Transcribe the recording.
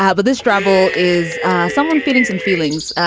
ah but this drabble is someone feelings and feelings.